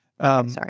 Sorry